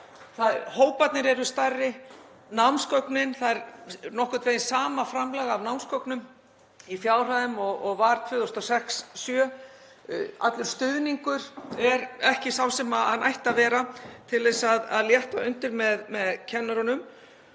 hóparnir eru stærri, það er nokkurn veginn sama framlag af námsgögnum í fjárhæðum og var 2006 til 2007. Allur stuðningur er ekki sá sem hann ætti að vera til þess að létta undir með kennurunum.